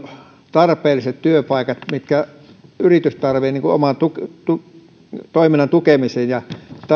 tarpeelliset valtion työpaikat mitä yritykset tarvitsevat oman toimintansa tukemiseen